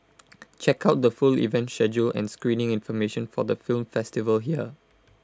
check out the full event schedule and screening information for the film festival here